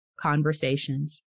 conversations